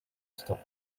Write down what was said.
stock